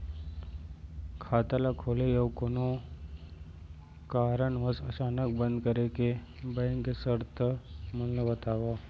खाता ला खोले अऊ कोनो कारनवश अचानक बंद करे के, बैंक के शर्त मन ला बतावव